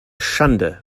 schande